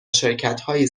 شرکتهایی